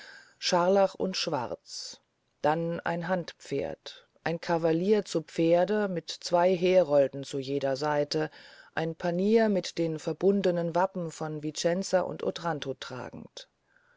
scharlach und schwarz dann ein handpferd ein cavalier zu pferde mit zwey herolden an jeder seite ein panier mit den verbundenen wapen von vicenza und otranto tragend